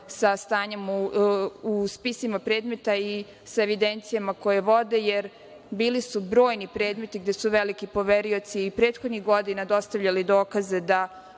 sa stanjem u spisima predmeta i sa evidencijama koje vode, jer bili su brojni predmete gde su veliki poverioci i prethodnih godina dostavljali dokaze da